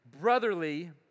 brotherly